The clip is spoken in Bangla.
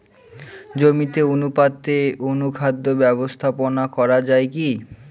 জমিতে অনুপাতে অনুখাদ্য ব্যবস্থাপনা করা য়ায় কি?